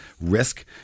risk